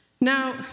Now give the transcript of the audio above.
Now